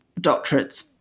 doctorates